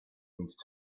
these